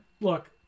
look